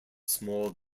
small